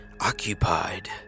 occupied